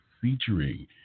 featuring